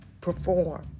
perform